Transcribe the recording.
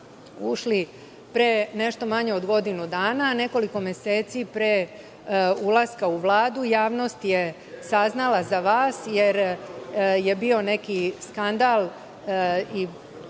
ušli pre nešto manje od godinu dana. Nekoliko meseci pre ulaska u Vladu javnost je saznala za vas, jer je bio neki skandal između